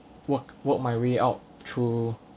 work work my way out through